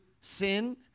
sin